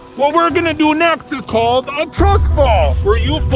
what we're gonna do next is called a trust fall, where you